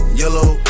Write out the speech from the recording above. yellow